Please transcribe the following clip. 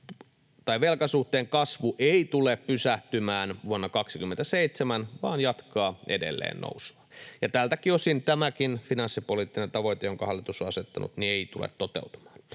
tämä velkasuhteen kasvu ei tule pysähtymään vuonna 27, vaan jatkaa edelleen nousua. Tältäkään osin tämäkään finanssipoliittinen tavoite, jonka hallitus on asettanut, ei tule toteutumaan.